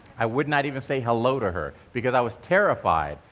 i wouldn't even say hello to her, because i was terrified,